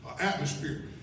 atmosphere